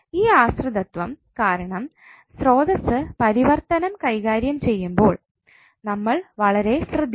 ഈ ആശ്രിതത്വം കാരണം സ്രോതസ്സ് പരിവർത്തനം കൈകാര്യം ചെയ്യുമ്പോൾ നമ്മൾ വളരെ ശ്രദ്ധിക്കണം